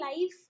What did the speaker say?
life